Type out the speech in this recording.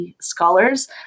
scholars